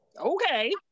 okay